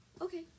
Okay